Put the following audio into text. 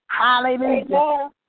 Hallelujah